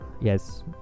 yes